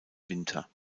winter